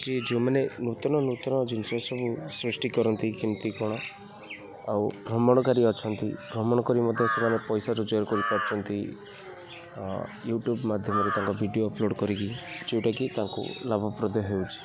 କି ଯେଉଁମାନେ ନୂତନ ନୂତନ ଜିନିଷ ସବୁ ସୃଷ୍ଟି କରନ୍ତି କେମିତି କ'ଣ ଆଉ ଭ୍ରମଣକାରୀ ଅଛନ୍ତି ଭ୍ରମଣ କରି ମଧ୍ୟ ସେମାନେ ପଇସା ରୋଜଗାର କରିପାରୁଛନ୍ତି ୟୁଟ୍ୟୁବ ମାଧ୍ୟମରେ ତାଙ୍କ ଭିଡ଼ିଓ ଅପଲୋଡ଼ କରିକି ଯେଉଁଟାକି ତାଙ୍କୁ ଲାଭପ୍ରଦାୟ ହେଉଛି